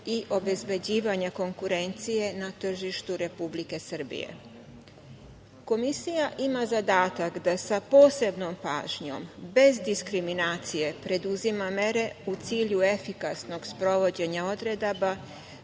i obezbeđivanja konkurencije na tržištu Republike Srbije. Komisija ima zadatak da sa posebnom pažnjom, bez diskriminacije, preduzima mere u cilju efikasnog sprovođenja odredaba